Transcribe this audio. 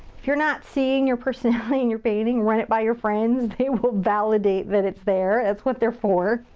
if you're not seeing your personality in your painting, run it by your friends. they will validate that it's there. that's what they're for.